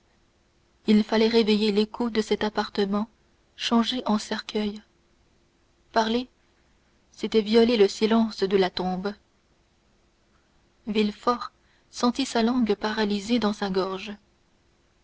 il fallait réveiller l'écho de cet appartement changé en cercueil parler c'était violer le silence de la tombe villefort sentit sa langue paralysée dans sa gorge